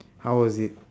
how was it